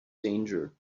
danger